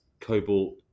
cobalt